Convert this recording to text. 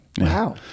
Wow